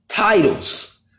Titles